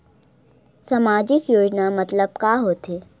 सामजिक योजना मतलब का होथे?